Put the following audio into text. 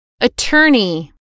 Attorney